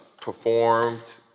Performed